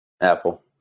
Apple